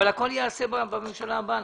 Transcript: הכל ייעשה בממשלה הבאה,